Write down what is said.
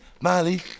Molly